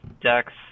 decks